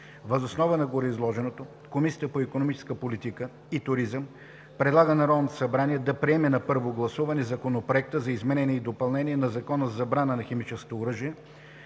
Въз основа на гореизложеното Комисията по икономическа политика и туризъм предлага на Народното събрание да приеме на първо гласуване Законопроект за изменение и допълнение на Закона за забрана на химическото оръжие